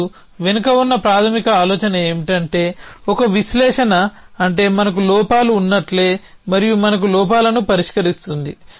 మరియు వెనుక ఉన్న ప్రాథమిక ఆలోచన ఏమిటంటే ఒక విశ్లేషణ అంటే మనకు లోపాలు ఉన్నట్లే మరియు మనకు లోపాలను పరిష్కరిస్తుంది